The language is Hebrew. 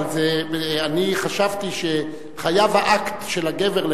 אבל אני חשבתי שחייב להיות האקט של הגבר,